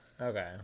Okay